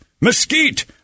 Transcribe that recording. mesquite